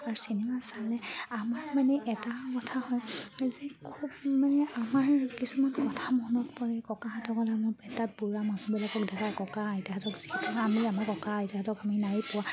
আৰু চিনেমা চালে আমাৰ মানে এটা কথা হয় যে খুব মানে আমাৰ কিছুমান কথা মনত পৰে ককাহঁতলৈ মনত পৰে তাত মানুহবিলাকক দেখা ককা আইতাহঁতক যিহেতু আমি আমাৰ ককা আইতাহঁতক আমি নাই পোৱা